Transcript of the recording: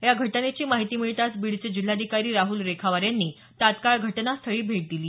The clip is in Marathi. या घटनेची माहिती मिळताच बीडचे जिल्हाधिकारी राहूल रेखावार यांनी तात्काळ घटनास्थळी भेट दिली